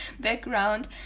background